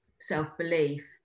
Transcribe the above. self-belief